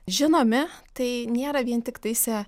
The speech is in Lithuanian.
žinomi tai nėra vien tiktais